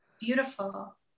beautiful